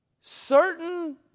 certain